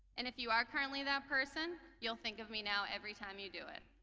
and if you are currently that person you'll think of me now every time you do it.